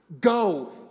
Go